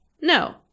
no